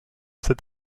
cet